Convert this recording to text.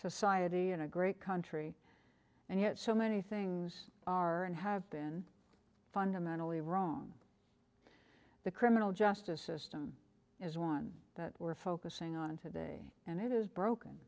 society and a great country and yet so many things are and have been fundamentally wrong the criminal justice system is one that we're focusing on today and it is broken